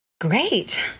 great